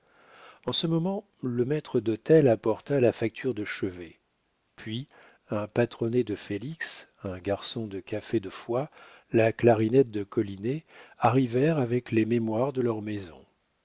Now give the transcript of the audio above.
en ce moment le maître dhôtel apporta la facture de chevet puis un patronnet de félix un garçon du café de foy la clarinette de collinet arrivèrent avec les mémoires de leurs maisons